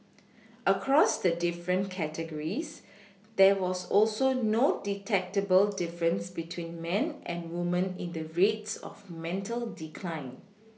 across the different categories there was also no detectable difference between men and women in the rates of mental decline